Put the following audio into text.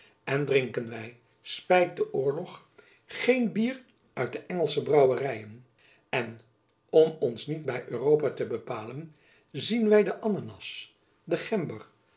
en drinken wy spijt den oorlog geen bier uit de engelsche brouweryen en om ons niet by europa te bepalen zien wy de ananas de gember